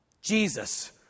Jesus